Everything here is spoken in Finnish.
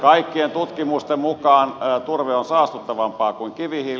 kaikkien tutkimusten mukaan turve on saastuttavampaa kuin kivihiili